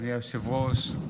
אדוני היושב-ראש,